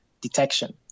detection